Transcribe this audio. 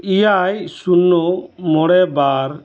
ᱤᱭᱟᱭ ᱥᱩᱱᱱᱚ ᱢᱚᱲᱮ ᱵᱟᱨ